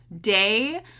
day